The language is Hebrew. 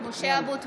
(קוראת בשמות חברי הכנסת) משה אבוטבול,